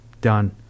Done